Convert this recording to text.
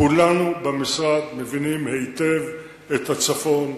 כולנו במשרד מבינים היטב את הצפון,